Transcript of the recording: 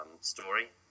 story